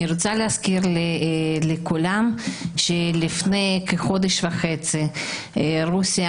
אני רוצה להזכיר לכולם שמלפני כחודש וחצי רוסיה